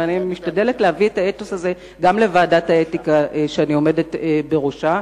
ואני משתדלת להביא את האתוס הזה גם לוועדת האתיקה שאני עומדת בראשה,